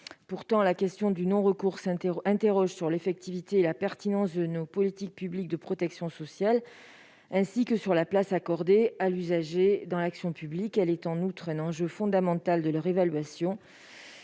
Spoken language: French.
Pourtant la question du non-recours nous interroge sur l'effectivité et la pertinence de nos politiques publiques de protection sociale, ainsi que sur la place accordée à l'usager dans l'action publique. Elle est outre un enjeu fondamental de leur évaluation.